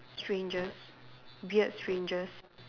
strangers weird strangers